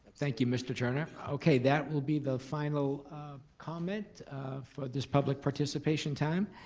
thank you mr. turner. okay, that will be the final comment for this public participation time.